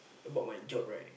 about my job right